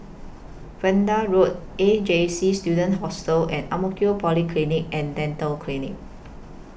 Vanda Road A J C Student Hostel and Ang Mo Kio Polyclinic and Dental Clinic